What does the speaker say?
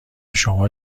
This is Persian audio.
شما